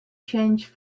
change